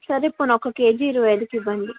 సరే పోనీ ఒక కేజీ ఇరవై ఐదుకి ఇవ్వండి